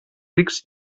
rics